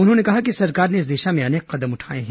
उन्होंने कहा कि सरकार ने इस दिशा में अनेक कदम उठाये हैं